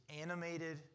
animated